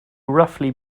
roughly